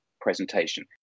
presentation